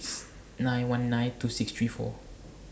nine one nine two six three four